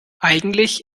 eigentlich